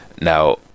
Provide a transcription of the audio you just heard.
Now